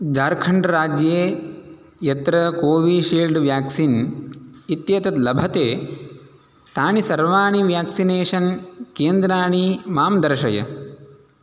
झार्खण्ड् राज्ये यत्र Covishield vaccine इत्येतत् लभते तानि सर्वाणि वैक्सीनेषन् केन्द्राणि मां दर्शय